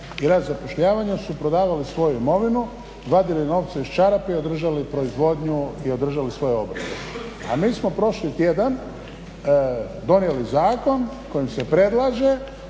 i rad zapošljavanja su prodavali svoju imovinu, vadili novce iz čarapi, održali proizvodnju i održali svoje obrte. A mi smo prošli tjedan donijeli zakon kojim se predlaže